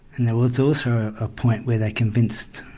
and there was also a point where they convinced,